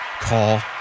call